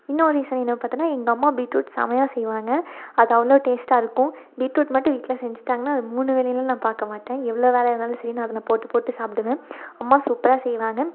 இன்னொரு ரீசன் என்ன பாத்தோம்னா எங்கள் அம்மா பீட்ரூட் செமையாக செய்வாங்க அது அவ்வளோ டேஸ்ட்டாக இருக்கும் பீட்ரூட் மட்டும் வீட்டில் செஞ்சுட்டாங்கன்னா அது மூணு வேளைன்னுலாம் நான் பார்க்க மாட்டேன் எவ்வளோ வேளையாக இருந்தாலும் சரி நான் அதை நான் போட்டு போட்டு சாப்பிடுவேன் அம்மா சூப்பராக செய்வாங்க